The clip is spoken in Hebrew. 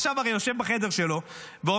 הרי עכשיו הוא יושב בחדר שלו ואומר: